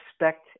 respect